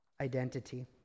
identity